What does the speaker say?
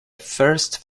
first